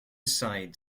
side